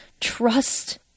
trust